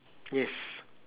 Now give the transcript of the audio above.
yes